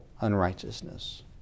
unrighteousness